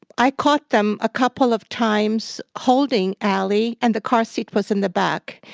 i caught them a couple of times holding ally and the car seat was in the back.